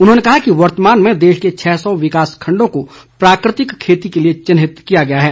उन्होंने कहा कि वर्तमान में देश के छः सौ विकास खंडों को प्राकृतिक खेती के लिए चिन्हित किया गया है